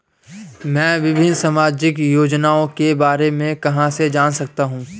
मैं विभिन्न सामाजिक योजनाओं के बारे में कहां से जान सकता हूं?